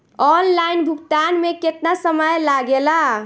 Online भुगतान में केतना समय लागेला?